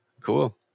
Cool